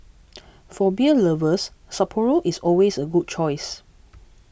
for beer lovers Sapporo is always a good choice